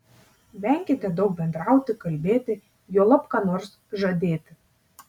venkite daug bendrauti kalbėti juolab ką nors žadėti